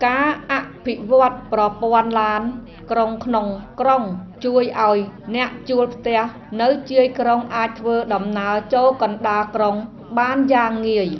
ការអភិវឌ្ឍប្រព័ន្ធឡានក្រុងក្នុងក្រុងជួយឱ្យអ្នកជួលផ្ទះនៅជាយក្រុងអាចធ្វើដំណើរចូលកណ្តាលក្រុងបានយ៉ាងងាយ។